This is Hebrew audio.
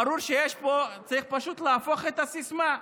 ברור שיש פה, צריך פשוט להפוך את הסיסמה.